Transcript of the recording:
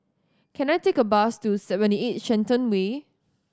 can I take a bus to Seventy Eight Shenton Way